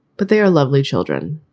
but they are lovely children.